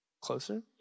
closer